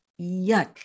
Yuck